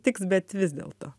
tiks bet vis dėlto